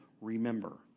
remember